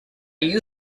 you